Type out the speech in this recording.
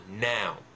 now